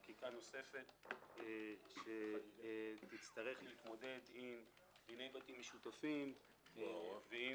עם חקיקה נוספת שתצטרך להתמודד עם דיני בתים משותפים ועם